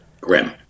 grim